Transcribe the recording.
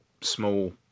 small